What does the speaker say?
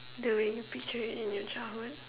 the way you picture it in your childhood